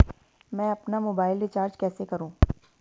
मैं अपना mobile recharge कैसे करूँ?